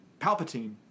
Palpatine